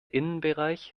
innenbereich